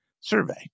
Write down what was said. survey